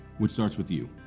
which starts with you.